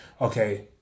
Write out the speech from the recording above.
okay